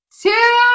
two